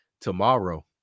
tomorrow